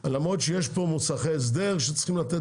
למרות שיש פה מוסכי הסדר שצריכים לתת